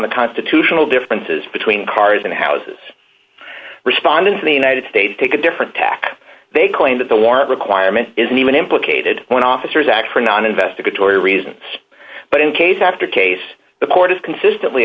the constitutional differences between cars and houses responding to the united states take a different tack they claim that the war requirement isn't even implicated when officers act for not an investigatory reason but in case after case the court has consistently